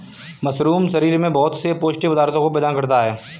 mushroom शरीर में बहुत से पौष्टिक पदार्थों को प्रदान करता है